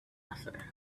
after